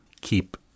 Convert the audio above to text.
keep